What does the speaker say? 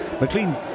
McLean